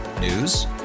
News